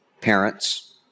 parents